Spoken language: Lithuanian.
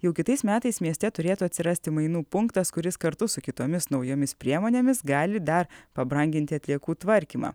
jau kitais metais mieste turėtų atsirasti mainų punktas kuris kartu su kitomis naujomis priemonėmis gali dar pabranginti atliekų tvarkymą